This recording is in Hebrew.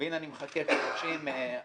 והנה אני מחכה חודשים ארוכים